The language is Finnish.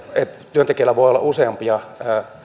työntekijällä voi olla useampia